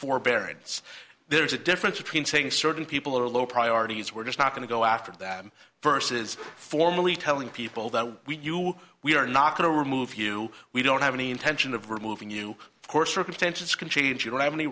forbearance there's a difference between saying certain people are low priorities we're just not going to go after that versus formally telling people that we you we are not going to remove you we don't have any intention of removing you of course circumstances can change you don't have any